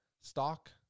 stock